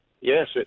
Yes